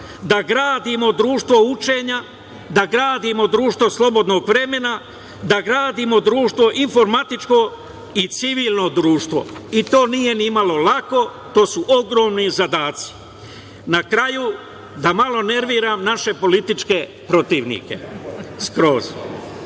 da gradimo društvo učenja, da gradimo društvo slobodnog vremena, da gradimo društvo informatičko i civilno društvo. To nije ni malo lako, to su ogromni zadaci. Na kraju, da malo nerviram naše političke protivnike, skroz.